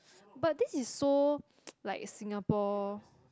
but this is so like Singapore